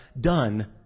done